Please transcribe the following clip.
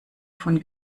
von